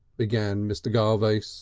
began mr. garvace.